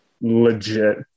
legit